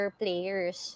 players